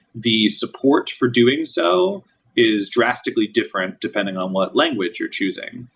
the support for doing so is drastically different depending on what language you're choosing.